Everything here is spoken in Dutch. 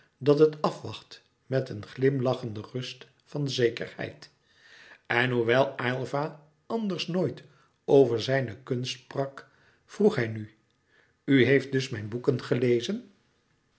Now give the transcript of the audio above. dat het afwacht met een glimlachende rust van zekerheid en hoewel aylva anders nooit over zijne kunst sprak vroeg hij nu u heeft dus mijn boeken gelezen